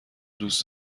دوست